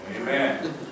Amen